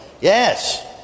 Yes